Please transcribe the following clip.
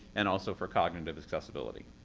and also for cognitive accessibility.